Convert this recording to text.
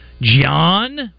John